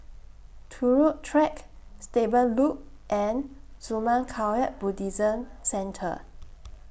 Turut Track Stable Loop and Zurmang Kagyud Buddhist Centre